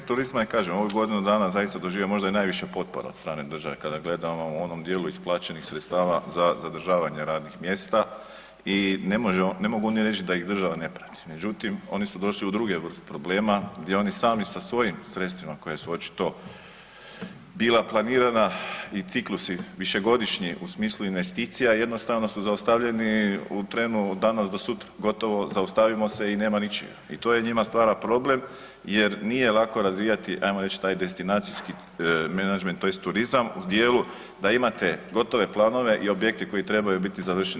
Sektor turizma je kažem, ovih godinu dana zaista doživio možda i najviše potpora od strane države kada gledamo u onom djelu isplaćenih sredstava za zadržavanje radnih mjesta i ne mogu oni reći da ih država ne prati međutim oni su došli u druge vrste problema gdje oni sami sa svojim sredstvima koja su očito bila planirana i ciklusi višegodišnji u smislu investicija, jednostavno su zaustavljeni u trenu danas do sutra, gotovo, zaustavimo se i nema ničega i to njima stvara problem jer nije lako razvijati ajmo reći taj destinacijski menadžment tj. turizam u djelu da imate gotove planove i objekte koji trebaju biti završeni.